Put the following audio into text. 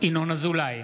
ינון אזולאי,